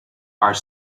are